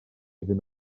iddyn